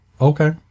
Okay